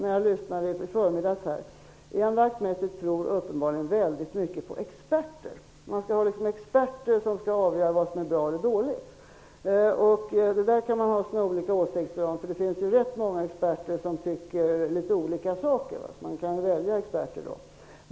Ian Wachtmeister har uppenbarligen en stor tilltro till experter -- det skall vara experter för att avgöra vad som är bra eller dåligt. Detta kan man ha olika åsikter om, eftersom det finns ganska många experter som tycker litet olika, så då kan man kanske välja experter.